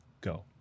go